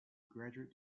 graduate